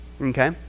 Okay